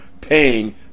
paying